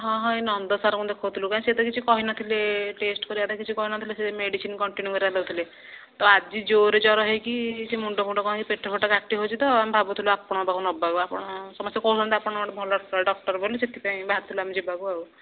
ହଁ ହଁ ଏହି ନନ୍ଦ ସାର୍ଙ୍କୁ ଦେଖାଉଥିଲୁ କାହିଁ ସେ ତ କିଛି କହିନଥିଲେ ଟେଷ୍ଟ କରାଇବା ପାଇଁ କିଛି କହିନଥିଲେ ସେ ମେଡ଼ିସିନ କଣ୍ଟିନ୍ୟୁ କରିବାକୁ ଦେଉଥିଲେ ତ ଆଜି ଜୋରରେ ଜ୍ଵର ହୋଇକି ଏମିତି ମୁଣ୍ଡ ଫୁଣ୍ଡ କ'ଣ ହୋଇକି ପେଟ କଟା ବ୍ୟାପି ହେଉଛି ତ ଆମେ ଭାବିଥିଲୁ କି ଆପଣଙ୍କ ପାଖକୁ ନେବାକୁ ଆପଣ ସମସ୍ତେ କହୁଛନ୍ତି ଆପଣ ଗୋଟିଏ ଭଲ ଡକ୍ଟର ବୋଲି ତ ସେହିଥିପାଇଁ ବାହାରି ଥିଲୁ ଆମେ ଯିବାକୁ ଆଉ